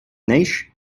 neix